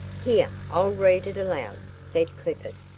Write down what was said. here, i'll read it aloud, said clifford,